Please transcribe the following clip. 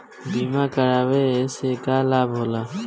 बीमा करावे से का लाभ होला?